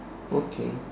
okay